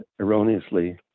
erroneously